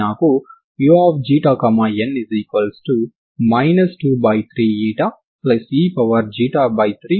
Newton లాNewton's law ద్వారా మనకు తెలిసిన పొటెన్షియల్ ఎనర్జీ P